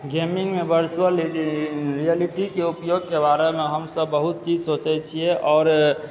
गेमिंगमऽ virtual रियलिटीकऽ उपयोगकऽ बारेमऽ हमसभ बहुत चीज सोचैत छियै आओर